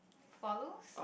follows